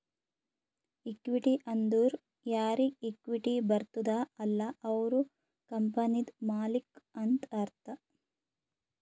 equity ಅಂದುರ್ ಯಾರಿಗ್ equity ಬರ್ತುದ ಅಲ್ಲ ಅವ್ರು ಕಂಪನಿದು ಮಾಲ್ಲಿಕ್ ಅಂತ್ ಅರ್ಥ